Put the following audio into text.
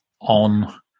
on